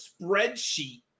spreadsheet